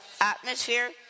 atmosphere